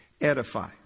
edify